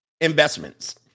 Investments